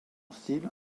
style